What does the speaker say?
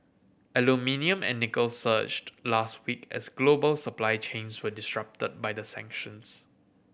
aluminium and nickel surged last week as global supply chains were disrupted by the sanctions